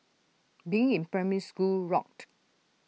being in primary school rocked